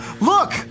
Look